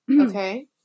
Okay